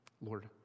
Lord